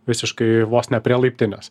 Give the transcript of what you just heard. visiškai vos ne prie laiptinės